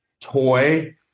toy